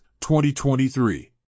2023